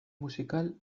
musical